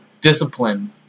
discipline